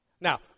Now